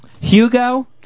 Hugo